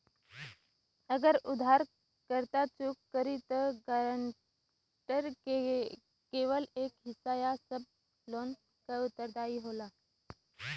अगर उधारकर्ता चूक करि त गारंटर केवल एक हिस्सा या सब लोन क उत्तरदायी होला